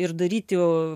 ir daryti